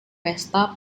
pesta